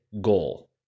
goal